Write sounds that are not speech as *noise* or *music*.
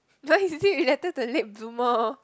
*noise* is it related to late bloomer